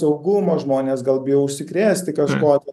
saugumo žmonės gal bijo užsikrėsti kažkuo tai